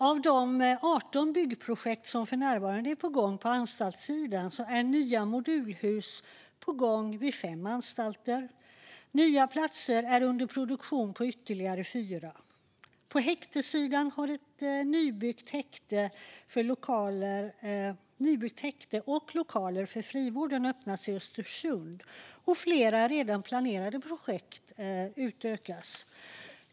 Av de 18 byggprojekt som pågår på anstaltssidan är nya modulhus på gång vid fem anstalter, och nya platser är under produktion på ytterligare fyra. På häktessidan har ett nybyggt häkte och lokaler för frivården öppnats i Östersund, och flera redan planerade projekt utökas.